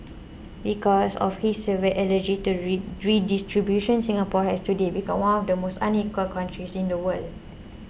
because of his severe allergy to redistribution Singapore has today become one of the most unequal countries in the world